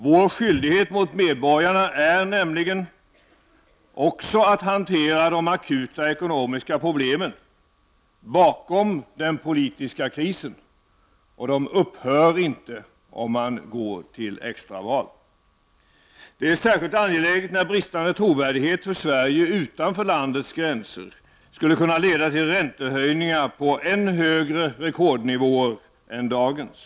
Vår skyldighet mot medborgarna är nämligen också att hantera de akuta ekonomiska problemen bakom den politiska krisen. Och dessa problem upphör inte om man går till extraval. Det är särskilt angeläget när bristande trovärdighet för Sverige utanför landets gränser skulle kunna leda till räntehöjningar på än högre rekordnivåer än dagens.